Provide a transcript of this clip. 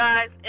guys